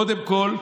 קודם כול,